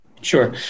Sure